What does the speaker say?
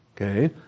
Okay